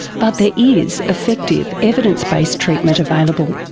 but there is effective evidence based treatment available.